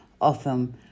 often